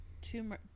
two